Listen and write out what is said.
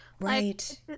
right